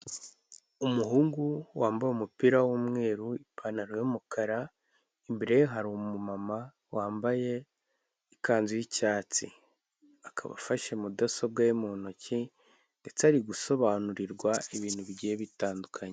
Umuhungu wambaye umupira w'umweru ipantaro y'umukara, imbere hari umumama wambaye ikanzu y'icyatsi akaba afashe mudasobwa ye mu ntoki ndetse ari gusobanurirwa ibintu bigiye bitandukanye.